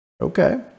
Okay